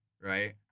right